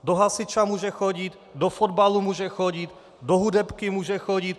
Do hasiče může chodit, do fotbalu může chodit, do hudebky může chodit.